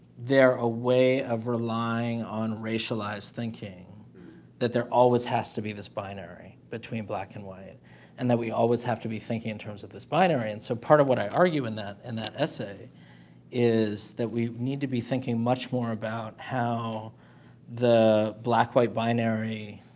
they're a way of relying on racialized thinking that there always has to be this binary between black and white and that we always have to be thinking in terms of this binary and so part of what i argue in that and that essay is that we need to be thinking much more about how the black white binary